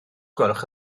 gwelwch